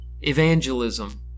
evangelism